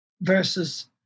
versus